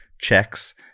checks